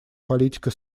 политика